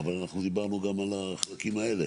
אבל, אנחנו דיברנו גם על החלקים האלה.